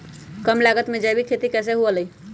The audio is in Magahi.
कम लागत में जैविक खेती कैसे हुआ लाई?